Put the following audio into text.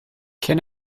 can